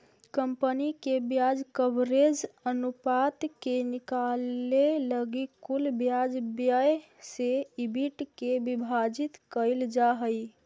company के ब्याज coverage अनुपात के निकाले लगी कुल ब्याज व्यय से ईबिट के विभाजित कईल जा हई